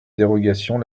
dérogations